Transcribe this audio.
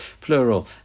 plural